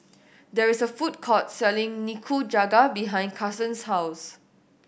there is a food court selling Nikujaga behind Carsen's house